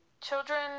Children